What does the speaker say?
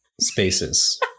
spaces